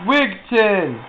Wigton